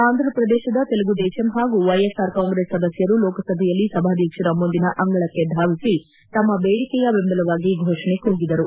ಆಂಧ್ರಪ್ರದೇಶದ ತೆಲುಗುದೇಶಂ ಹಾಗೂ ವೈಎಸ್ಆರ್ ಕಾಂಗ್ರೆಸ್ ಸದಸ್ಕರು ಲೋಕಸಭೆಯಲ್ಲಿ ಸಭಾಧ್ವಕ್ಷರ ಮುಂದಿನ ಅಂಗಳಕ್ಕೆ ಧಾವಿಸಿ ತಮ್ಮ ಬೇಡಿಕೆಯ ಬೆಂಬಲವಾಗಿ ಘೋಷಣೆ ಕೂಗಿದರು